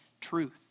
truth